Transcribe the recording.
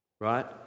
Right